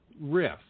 riff